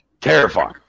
terrifying